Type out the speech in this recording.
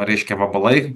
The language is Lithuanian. reiškia vabalai